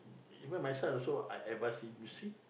even my side also I ever see you see